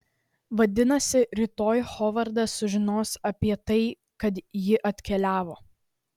vadinasi rytoj hovardas sužinos apie tai kad ji atkeliavo